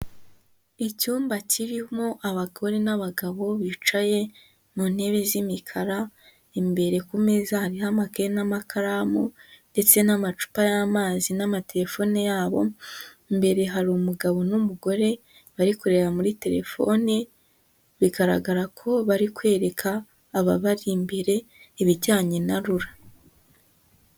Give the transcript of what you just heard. Icyumba kirimo abagore n'abagabo bicaye mu ntebe z'imikara, imbere ku meza hariho amakaye n'amakaramu, ndetse n'amacupa y'amazi, n'ama telefone yabo, imbere hari umugabo n'umugore, bari kureba muri telefoni, bigaragara ko bari kwereka ababari imbere ibijyanye na RURA.